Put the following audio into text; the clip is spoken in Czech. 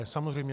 Samozřejmě.